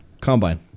Combine